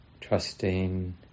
trusting